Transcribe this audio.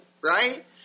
right